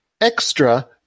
extra